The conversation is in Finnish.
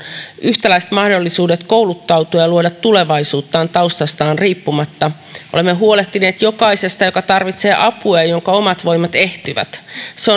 yhtäläiset mahdollisuudet kouluttautua ja luoda tulevaisuuttaan taustastaan riippumatta olemme huolehtineet jokaisesta joka tarvitsee apua ja jonka omat voimat ehtyvät se